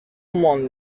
món